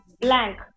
Blank